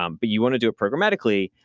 um but you want to do it programmatically,